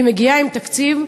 והיא מגיעה עם תקציב,